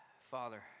Father